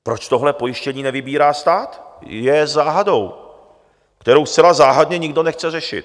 Proč tohle pojištění nevybírá stát, je záhadou, kterou zcela záhadně nikdo nechce řešit.